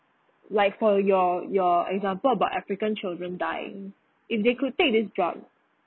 like for your your example about african children dying and if they could take this drug